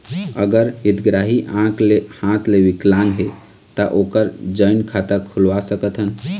अगर हितग्राही आंख ले हाथ ले विकलांग हे ता ओकर जॉइंट खाता खुलवा सकथन?